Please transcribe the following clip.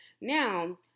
Now